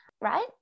right